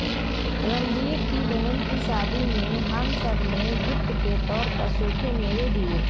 रंजीत की बहन की शादी में हम सब ने गिफ्ट के तौर पर सूखे मेवे दिए